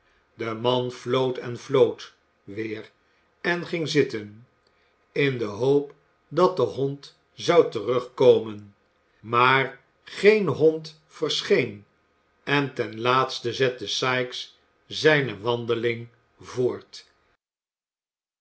de man floot en floot weer en ging zitten in de hoop dat de hond zou terugkomen maar geen hond verscheen en ten laatste zette sikes zijne wandeling voort